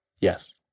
Yes